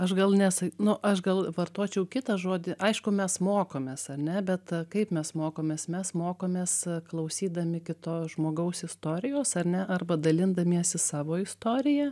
aš gal nes nu aš gal vartočiau kitą žodį aišku mes mokomės ar ne bet kaip mes mokomės mes mokomės klausydami kito žmogaus istorijos ar ne arba dalindamiesi savo istorija